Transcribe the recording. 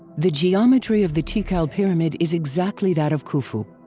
the geometry of the tikal pyramid is exactly that of khufu.